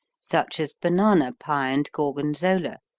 such as banana pie and gorgonzola,